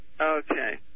Okay